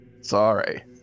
sorry